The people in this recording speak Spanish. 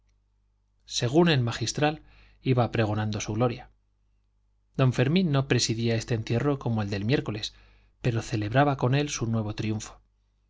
según el magistral iba pregonando su gloria don fermín no presidía este entierro como el del miércoles pero celebraba con él su nuevo triunfo